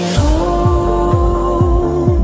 home